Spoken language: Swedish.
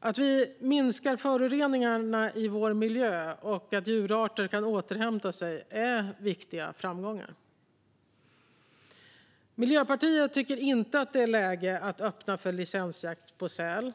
Att vi minskar föroreningarna i vår miljö så att djurarter kan återhämta sig är viktiga framgångar. Miljöpartiet tycker inte att det är läge att öppna för licensjakt på säl.